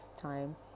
time